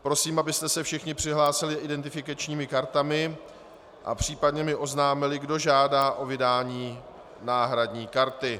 Prosím, abyste se všichni přihlásili identifikačními kartami a případně mi oznámili, kdo žádá o vydání náhradní karty.